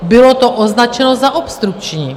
Bylo to označeno za obstrukční.